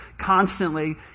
constantly